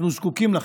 אנחנו זקוקים לכם.